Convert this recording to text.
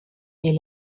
est